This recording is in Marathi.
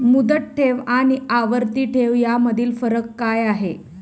मुदत ठेव आणि आवर्ती ठेव यामधील फरक काय आहे?